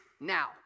now